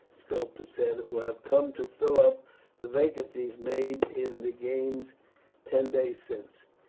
scopus said, who have come to fill up the vacancies made in the games ten days since.